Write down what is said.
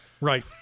Right